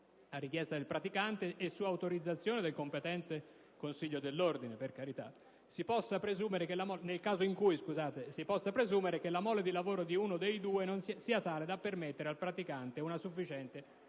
a richiesta del praticante e su autorizzazione del competente consiglio dell'ordine, nel caso in cui si possa presumere che la mole di lavoro di uno dei due non sia tale da permettere al praticante una sufficiente